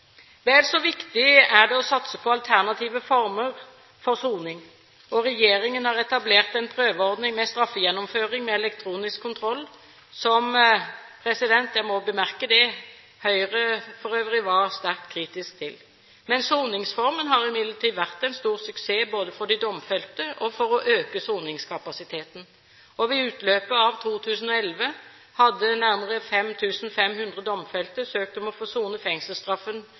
Vel så viktig er det å satse på alternative former for soning. Regjeringen har etablert en prøveordning med straffegjennomføring med elektronisk kontroll, som – jeg må bemerke det – Høyre for øvrig var sterkt kritisk til. Soningsformen har imidlertid vært en stor suksess både for de domfelte og for å øke soningskapasiteten: Ved utløpet av 2011 hadde nærmere 5 500 domfelte søkt om å få sone fengselsstraffen